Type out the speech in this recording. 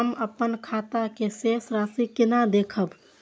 हम अपन खाता के शेष राशि केना देखब?